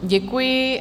Děkuji.